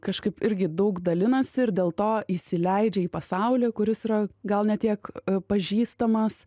kažkaip irgi daug dalinasi ir dėl to įsileidžia į pasaulį kuris yra gal ne tiek pažįstamas